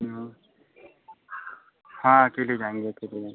हाँ हाँ अकेले जाएँगे अकेले जाएँगे